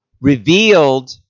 revealed